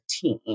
team